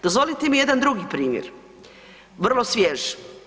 Dozvolite mi jedan drugi primjer, vrlo svjež.